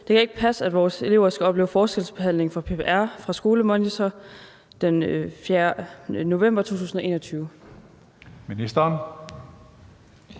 Det kan ikke passe, at vores elever skal opleve forskelsbehandling fra PPR« fra Skolemonitor, den 4. november 2021.